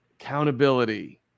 accountability